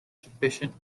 sufficient